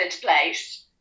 place